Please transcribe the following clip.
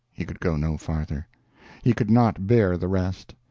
he could go no farther he could not bear the rest.